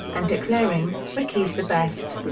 and declaring, rickey's the best!